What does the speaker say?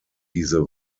diese